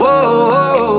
Whoa